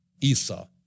Esau